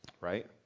right